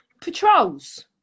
Patrols